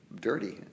dirty